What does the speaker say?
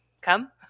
come